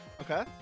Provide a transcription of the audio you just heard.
Okay